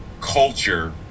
culture